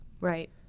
Right